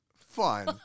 fine